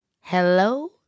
Hello